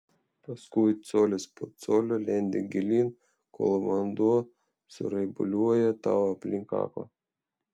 paskui colis po colio lendi gilyn kol vanduo suraibuliuoja tau aplink kaklą